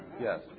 Yes